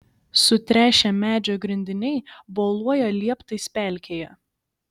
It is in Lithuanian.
sutręšę medžio grindiniai boluoja lieptais pelkėje